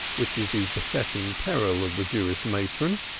which is the besetting peril of the jewish matron.